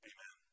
Amen